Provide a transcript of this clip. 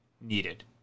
needed